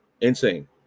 Insane